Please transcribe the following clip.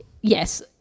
yes